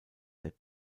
der